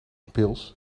pils